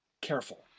careful